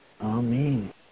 Amen